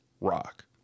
Rock